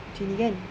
cam gini kan